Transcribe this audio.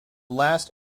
last